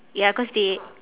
ya cause they